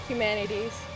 Humanities